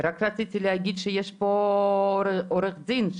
רק רציתי להגיד שיש פה עורך דין,